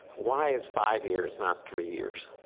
why is five years not three years?